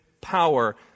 power